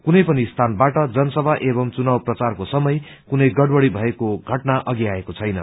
कुनै पनि स्थानबाट जनसभा एवं चुनाव प्रचारको समय कुनै गड़बड़ी भएको घटना अघि आएको छैन